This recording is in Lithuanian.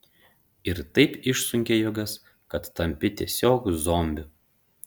ir taip išsunkia jėgas kad tampi tiesiog zombiu